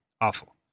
Awful